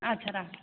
अच्छा राखू